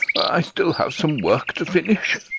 i still have some work to finish.